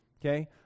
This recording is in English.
okay